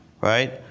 right